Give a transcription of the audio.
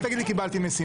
אל תגיד לי שקיבלתי משימה.